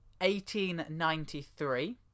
1893